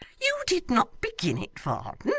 you did not begin it, varden!